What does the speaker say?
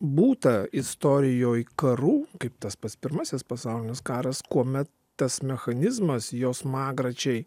būta istorijoj karų kaip tas pats pirmasis pasaulinis karas kuomet tas mechanizmas jo smagračiai